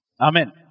Amen